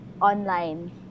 online